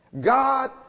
God